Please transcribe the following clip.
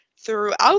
throughout